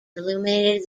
illuminated